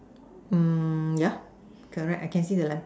mm yeah correct I can see the lamp